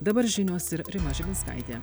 dabar žinios ir rima žilinskaitė